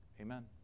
Amen